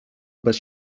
bez